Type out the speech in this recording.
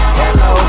hello